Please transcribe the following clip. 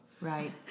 right